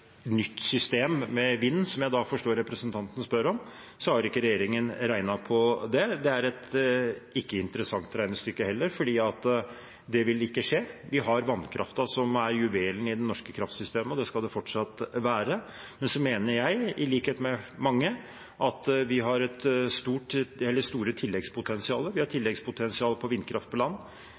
nytt system med vind, som jeg forstår at representanten spør om, har ikke regjeringen regnet på det. Det er ikke et interessant regnestykke heller, for det vil ikke skje. Vi har vannkraften, som er juvelen i det norske kraftsystemet, og det skal den fortsatt være. Så mener jeg, i likhet med mange, at vi har store tilleggspotensialer. Vi har tilleggspotensial på vindkraft på land,